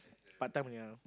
part time ya